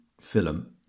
film